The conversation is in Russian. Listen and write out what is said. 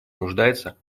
нуждается